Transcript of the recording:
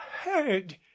heard